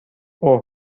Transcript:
اوه